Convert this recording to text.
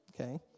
Okay